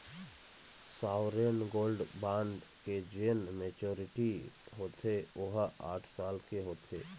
sovereign gold bond के जेन maturity होथे ओहा आठ साल के होथे